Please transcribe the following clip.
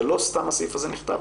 הרי לא סתם הסעיף הזה נכתב.